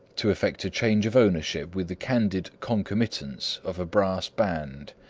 to effect a change of ownership with the candid concomitance of a brass band.